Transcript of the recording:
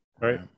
Right